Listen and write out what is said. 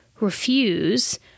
refuse